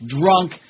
drunk